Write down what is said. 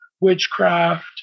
witchcraft